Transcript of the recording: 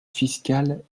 fiscal